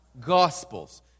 Gospels